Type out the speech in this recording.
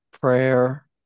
prayer